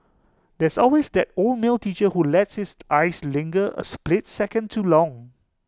there's always that old male teacher who lets his eyes linger A split second too long